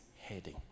heading